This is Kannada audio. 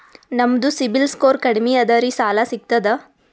ನಮ್ದು ಸಿಬಿಲ್ ಸ್ಕೋರ್ ಕಡಿಮಿ ಅದರಿ ಸಾಲಾ ಸಿಗ್ತದ?